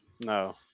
No